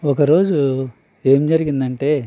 ఒక రోజు ఏం జరిగిందంటే